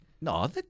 No